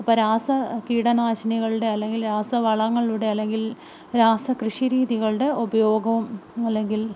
ഇപ്പം രാസ കീടനാശിനികളുടെ അല്ലെങ്കിൽ രാസവളങ്ങളുടെ അല്ലെങ്കിൽ രാസ കൃഷി രീതികളുടെ ഉപയോഗം അല്ലെങ്കിൽ